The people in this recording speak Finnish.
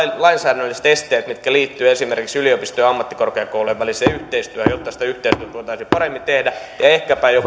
lainsäädännölliset esteet mitkä liittyvät esimerkiksi yliopistojen ja ammattikorkeakoulujen väliseen yhteistyöhön jotta sitä yhteistyötä voitaisiin paremmin tehdä ja ehkäpä jo